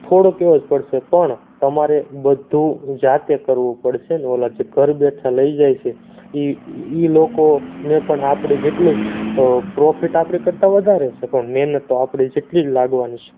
થોડોક એવો જ પડશે પણ તમારે બધું જાતે કરવું પડશે ન ઓલા જે ઘર બેઠા લઈ જાય છે એ એ લોકોને પણ આપણે જેટલું જ પ્રોફિટ આપણી કરતાં વધારે છે પણ મહેનત તો આપણે જેટલી જ લાગવાની છે